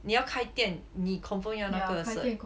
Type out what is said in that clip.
你要开店你 confirm 要那个 cert